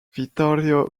vittorio